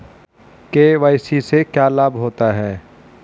KYC से क्या लाभ होता है?